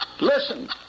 Listen